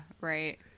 right